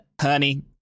Honey